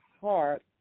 heart